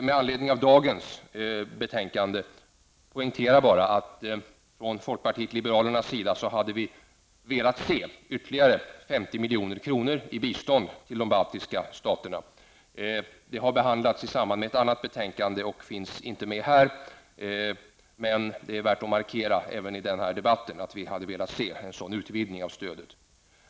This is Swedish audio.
Med anledning av det betänkande som vi nu behandlar vill jag poängtera att vi från folkpartiet liberalerna hade velat se ytterligare 50 milj.kr. i bistånd till de baltiska staterna. Detta krav har behandlats i samband med hanteringen av ett annat betänkande, så det finns inte med här. Men det är värdefullt med en markering även i den här debatten att vi hade velat se en sådan utvidgning av stödet.